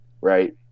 right